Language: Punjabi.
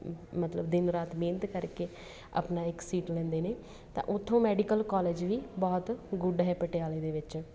ਮ ਮਤਲਬ ਦਿਨ ਰਾਤ ਮਿਹਨਤ ਕਰਕੇ ਆਪਣਾ ਇੱਕ ਸੀਟ ਲੈਂਦੇ ਨੇ ਤਾਂ ਉੱਥੋਂ ਮੈਡੀਕਲ ਕੋਲੇਜ ਵੀ ਬਹੁਤ ਗੁੱਡ ਹੈ ਪਟਿਆਲੇ ਦੇ ਵਿੱਚ